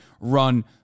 run